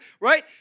right